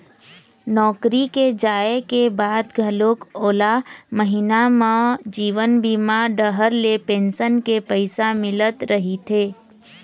नौकरी के जाए के बाद घलोक ओला महिना म जीवन बीमा डहर ले पेंसन के पइसा मिलत रहिथे